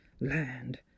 Land